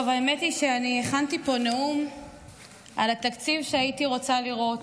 האמת היא שהכנתי פה נאום על התקציב שהייתי רוצה לראות,